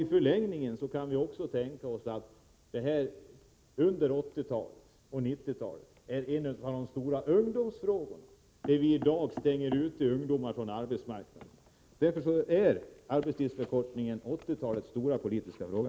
I förlängningen kan vi också tänka oss att denna fråga under 1980 och 1990-talen blir en av de stora ungdomsfrågorna. Vi stänger ute ungdomarna från arbetsmarknaden. Därför är en arbetstidsförkortning 1980-talets stora politiska fråga.